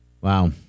Wow